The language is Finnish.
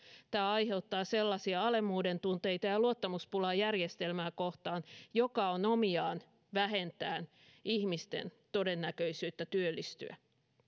tämä aiheuttaa sellaisia alemmuudentunteita ja luottamuspulaa järjestelmää kohtaan joka on omiaan vähentämään ihmisten todennäköisyyttä työllistyä